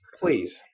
please